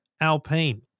Alpine